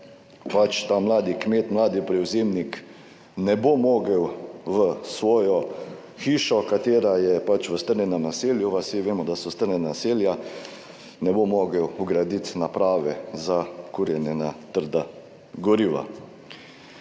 7., ta mladi kmet, mladi prevzemnik ne bo mogel v svojo hišo, katera je v strnjenem naselju, vasi vemo, da so strnjena naselja, ne bo mogel vgraditi naprave za kurjenje na trda goriva.